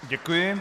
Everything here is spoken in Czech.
Děkuji.